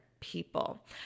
People